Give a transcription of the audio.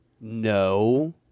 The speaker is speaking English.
No